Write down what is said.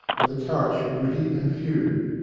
and the currants were gritty and few.